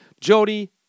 Jody